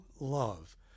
love